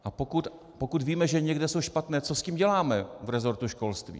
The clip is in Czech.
A pokud víme, že někde jsou špatné, co s tím děláme v resortu školství?